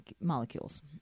molecules